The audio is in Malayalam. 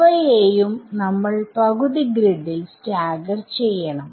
ഇവയെയും നമ്മൾ പകുതി ഗ്രിഡിൽ സ്റ്റാഗർ ചെയ്യണം